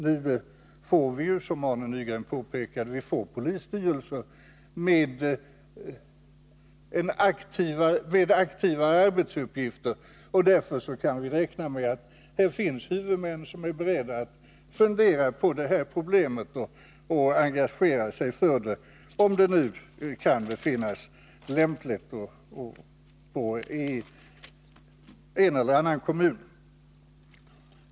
Nu får vi ju, som Arne Nygren påpekade, aktiva polisstyrelser med särskilda arbetsuppgifter, och då kan vi räkna med att här finns huvudmän som är beredda att fundera på problemet och engagera sig för det, om det nu befinnes lämpligt i en eller annan kommun.